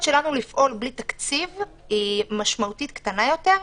שלנו לפעול בלי תקציב משמעותית קטנה יותר.